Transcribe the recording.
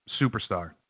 superstar